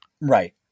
Right